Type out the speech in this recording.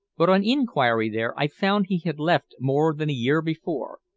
but on inquiry there i found he had left more than a year before,